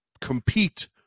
compete